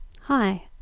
Hi